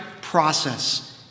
process